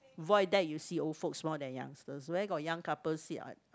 void deck you see old folks more than youngsters where got young couple sit on on